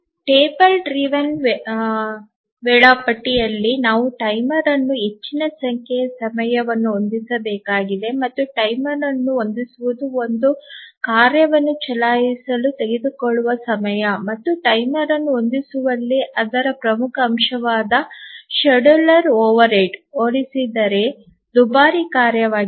table ಚಾಲಿತ ವೇಳಾಪಟ್ಟಿಯಲ್ಲಿ ನಾವು ಟೈಮರ್ ಅನ್ನು ಹೆಚ್ಚಿನ ಸಂಖ್ಯೆಯ ಸಮಯವನ್ನು ಹೊಂದಿಸಬೇಕಾಗಿದೆ ಮತ್ತು ಟೈಮರ್ ಅನ್ನು ಹೊಂದಿಸುವುದು ಒಂದು ಕಾರ್ಯವನ್ನು ಚಲಾಯಿಸಲು ತೆಗೆದುಕೊಳ್ಳುವ ಸಮಯ ಮತ್ತು ಟೈಮರ್ ಅನ್ನು ಹೊಂದಿಸುವಲ್ಲಿ ಅದರ ಪ್ರಮುಖ ಅಂಶವಾದ ಶೆಡ್ಯೂಲರ್ ಓವರ್ಹೆಡ್ಗೆ ಹೋಲಿಸಿದರೆ ದುಬಾರಿ ಕಾರ್ಯವಾಗಿದೆ